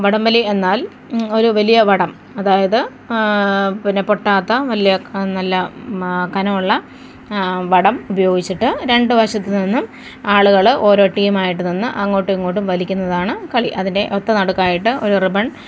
വടംവലി എന്നാൽ ഒരു വലിയ വടം അതായത് പിന്നെ പൊട്ടാത്ത വലിയ നല്ല കനവുള്ള വടം ഉപയോഗിച്ചിട്ട് രണ്ട് വശത്ത് നിന്നും ആളുകൾ ഓരോ ടീമായിട്ട് നിന്ന് അങ്ങോട്ടു ഇങ്ങോട്ടും വലിക്കുന്നതാണ് കളി അതിൻ്റെ ഒത്ത നടുക്കായിട്ട് ഒര് റിബൺ